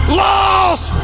lost